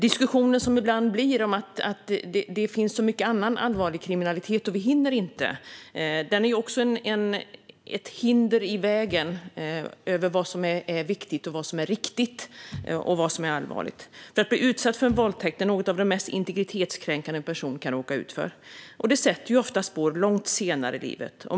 Diskussionen som ibland blir om att det finns så mycket annan allvarlig kriminalitet och att man inte hinner med, den är också ett hinder i vägen för vad som är viktigt och riktigt och vad som är allvarligt. Att bli utsatt för en våldtäkt är ju något av det mest integritetskränkande en person kan råka ut för, och det sätter ofta spår långt senare i livet.